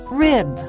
rib